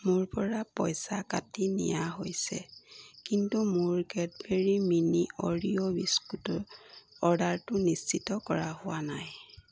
মোৰপৰা পইচা কাটি নিয়া হৈছে কিন্তু মোৰ কেটবেৰী মিনি অ'ৰিঅ' বিস্কুটৰ অৰ্ডাৰটো নিশ্চিত কৰা হোৱা নাই